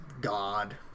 God